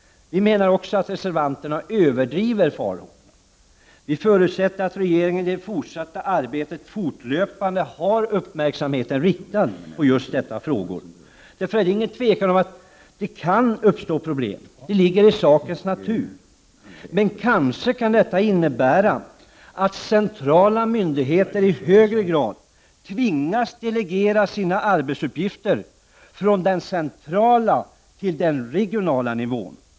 Vi menar också att reservanterna överdriver farhågorna. Vi förutsätter att regeringen i det fortsatta arbetet fortlöpande har uppmärksamheten riktad på just dessa frågor. Problem kan utan tvivel uppstå — det ligger i sakens na tur — men detta kanske kan innebära att centrala myndigheter i högre grad tvingas delegera sina arbetsuppgifter från den centrala till den regionala nivån.